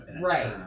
right